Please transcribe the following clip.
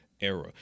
era